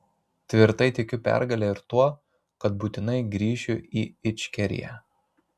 tvirtai tikiu pergale ir tuo kad būtinai grįšiu į ičkeriją